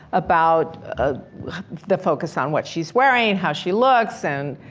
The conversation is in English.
about ah the focus on what she's wearing, how she looks, and